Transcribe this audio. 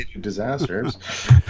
disasters